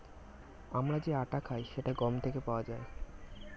আমরা যে আটা খাই সেটা গম থেকে পাওয়া যায়